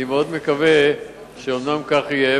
אני מאוד מקווה שאומנם כך יהיה,